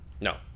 No